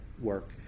work